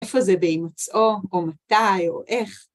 איפה זה באמצעו, או מתי, או איך?